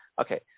okay